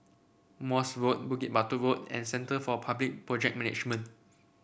Morse Road Bukit Batok Road and Centre for Public Project Management